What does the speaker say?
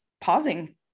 pausing